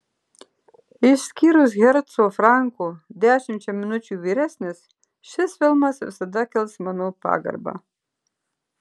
išskyrus herco franko dešimčia minučių vyresnis šis filmas visada kels mano pagarbą